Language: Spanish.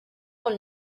con